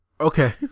Okay